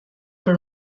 per